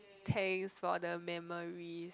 thanks for the memories